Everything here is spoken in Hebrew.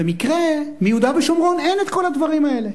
במקרה ביהודה ושומרון אין כל הדברים האלה.